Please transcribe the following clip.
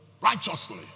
Righteously